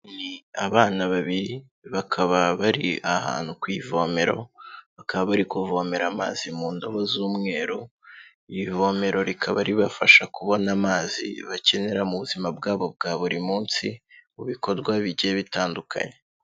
Ni abana babiri, bakaba bari ahantu ku ivomero, bakaba bari kuvomera amazi mu ndobo z'umweru, iri vomero rikaba ribafasha kubona amazi bakenera mu buzima bwabo bwa buri munsi, mu bikorwa bigiye bitandukanye.